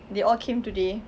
they all came today